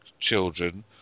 children